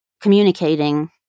communicating